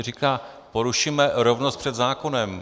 Říká: porušíme rovnost před zákonem.